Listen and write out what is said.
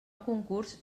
concurs